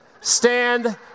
Stand